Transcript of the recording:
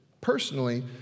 personally